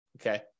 Okay